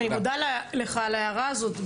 אני מודה לך על ההערה הזו.